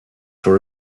for